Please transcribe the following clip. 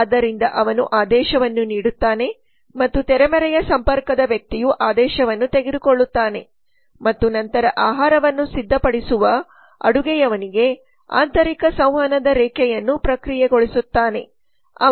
ಆದ್ದರಿಂದ ಅವನು ಆದೇಶವನ್ನು ನೀಡುತ್ತಾನೆ ಮತ್ತು ತೆರೆಮರೆಯ ಸಂಪರ್ಕದ ವ್ಯಕ್ತಿಯು ಆದೇಶವನ್ನು ತೆಗೆದುಕೊಳ್ಳುತ್ತಾನೆ ಮತ್ತು ನಂತರ ಆಹಾರವನ್ನು ಸಿದ್ಧಪಡಿಸುವ ಅಡುಗೆಯವನಿಗೆ ಆಂತರಿಕ ಸಂವಹನದ ರೇಖೆಯನ್ನು ಪ್ರಕ್ರಿಯೆಗೊಳಿಸುತ್ತಾನೆ